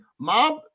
Mob